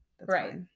Right